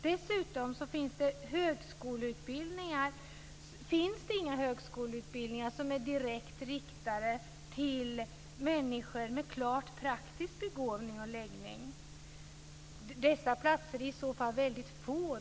Dessutom finns det inga högskoleutbildningar som är direkt riktade till människor med klart praktisk begåvning och läggning. Dessa platser är i så fall väldigt få.